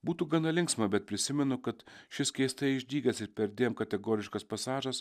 būtų gana linksma bet prisimenu kad šis keistai išdygęs ir perdėm kategoriškas pasažas